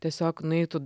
tiesiog nueitų